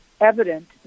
evident